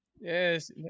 Yes